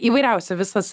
įvairiausi visas